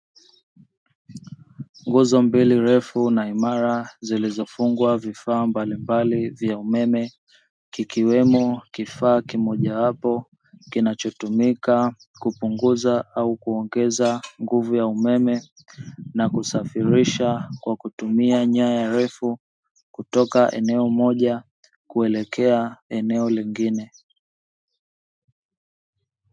Nguzo mbili refu na imara zilizofungwa vifaa mbalimbali vya umeme, kikiwemo kifaa kimojawapo kinachotumika kupunguza au kuongeza nguvu ya umeme na kusafirisha kwa kutumia nyaya refu kutoka eneo moja kuelekea eneo lingine.